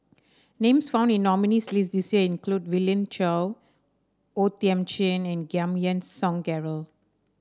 names found in nominees' list this year include Willin O Thiam Chin and Giam Yean Song Gerald